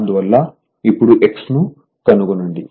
అందువల్ల ఇప్పుడు X ను కనుగొనండి